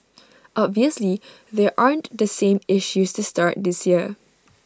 obviously there aren't the same issues to start this year